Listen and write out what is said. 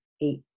eight